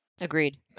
Agreed